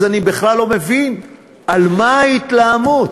אז אני בכלל לא מבין על מה ההתלהמות.